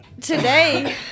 today